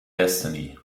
destiny